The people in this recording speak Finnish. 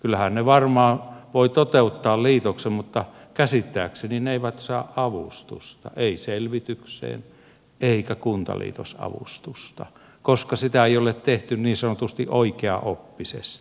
kyllähän ne varmaan voivat toteuttaa liitoksen mutta käsittääkseni ne eivät saa avustusta eivät selvitykseen eivätkä kuntaliitosavustusta koska sitä ei ole tehty niin sanotusti oikeaoppisesti